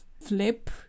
flip